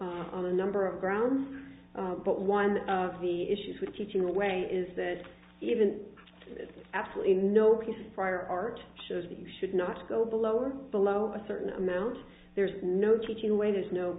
that on a number of grounds but one of the issues with teaching away is that even has absolutely no prior art shows that you should not go below or below a certain amount there's no teaching way there's no